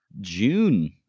June